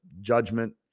judgment